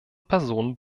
personen